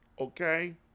Okay